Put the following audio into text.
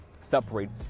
Separates